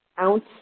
ounce